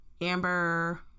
amber